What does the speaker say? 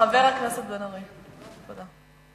חבר הכנסת בן-ארי, תודה.